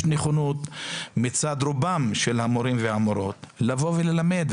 יש נכונות מצד רובם של המורים והמורות לבוא וללמד.